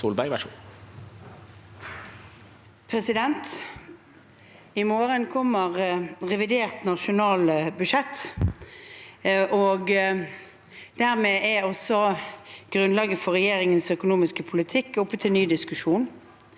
I morgen kommer re- vidert nasjonalbudsjett, og dermed er også grunnlaget for regjeringens økonomiske politikk oppe til ny disku sjon.